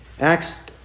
Acts